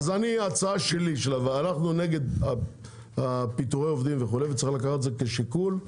ההצעה שלי היא שאנחנו נגד פיטורי העובדים וצריך לקחת את זה כשיקול,